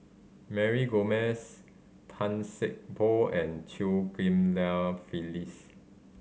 Mary Gomes Tan Sei Poh and Chew Ghim Lia Phyllis